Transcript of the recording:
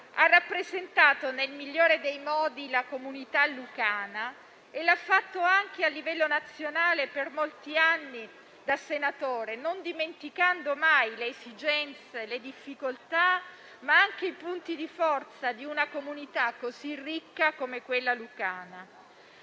Ha rappresentato nel migliore dei modi la comunità lucana e l'ha fatto anche a livello nazionale per molti anni, da senatore, non dimenticando le esigenze, le difficoltà, ma anche i punti di forza di una comunità così ricca come quella lucana.